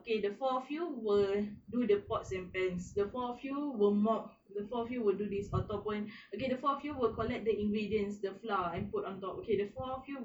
okay the four of you will do the pots and pans the four of you will mop the four of you will do this ataupun okay the four of you will collect the ingredients the flour and put on top okay the four of you